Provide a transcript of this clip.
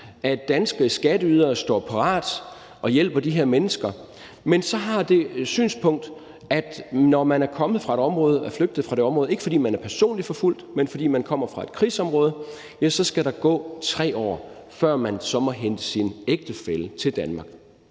at danske skatteydere står parat og hjælper de her mennesker, men så har det synspunkt, at når man er kommet fra et område og er flygtet fra det område, ikke fordi man er personligt forfulgt, men fordi man kommer fra et krigsområde, skal der gå 3 år, før man må hente sin ægtefælle til Danmark.